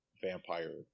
vampire